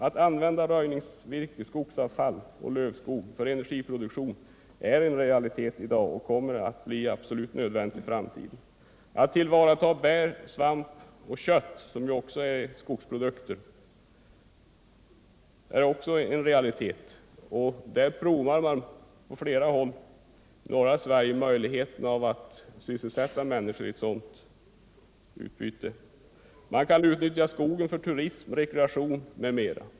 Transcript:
Att använda röjningsvirke, skogsavfall och lövskog för energiproduktion är en realitet i dag och kommer att bli absolut nödvändigt i framtiden. Man kan vidare tillvarata bär, svamp och kött, som ju också är skogsprodukter — på flera håll i norra Sverige prövar man att sysselsätta människor i en sådan verksamhet. Man kan utnyttja skogen för turism och rekreation m.m.